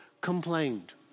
complained